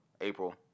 April